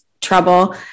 trouble